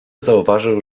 zauważył